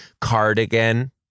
cardigan